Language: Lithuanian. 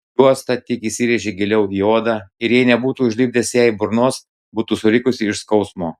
juosta tik įsirėžė giliau į odą ir jei nebūtų užlipdęs jai burnos būtų surikusi iš skausmo